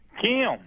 Kim